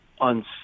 on